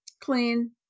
clean